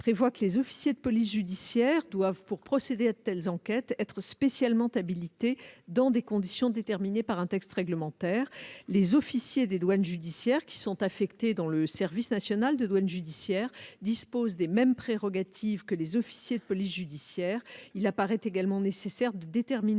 prévoit que les officiers de police judiciaire doivent, pour procéder à de telles enquêtes, être spécialement habilités, dans des conditions déterminées dans un texte réglementaire. Les officiers des douanes judiciaires, qui sont affectés dans le service national de douane judiciaire, disposent des mêmes prérogatives que les officiers de police judiciaire. Il apparaît également nécessaire de déterminer